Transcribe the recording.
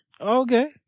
Okay